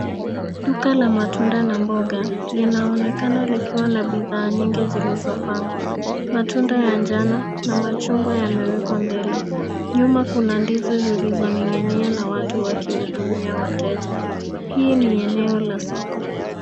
Duka la matunda na mboga linaonekana likiwa na bidhaa nyingi zilizopangwa. Matunda ya njano na chungwa yamewekwa mbele. Nyuma kuna ndizi na watu wakihudumia wateja. Hii ni eneo la soko.